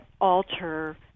alter